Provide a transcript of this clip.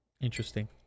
Interesting